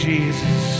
Jesus